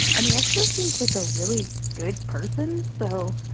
and he actually seems like a really good person. so,